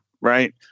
right